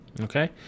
okay